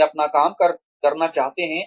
वे अपना काम करना चाहते हैं